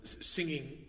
Singing